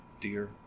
dear